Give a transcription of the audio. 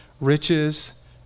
riches